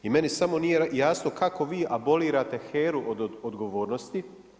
I meni samo nije jasno kako vi abolirate HERA-u od odgovornosti.